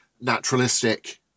naturalistic